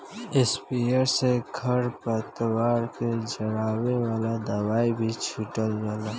sprayer से खर पतवार के जरावे वाला दवाई भी छीटल जाला